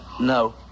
No